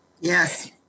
Yes